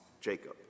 Jacob